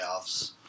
playoffs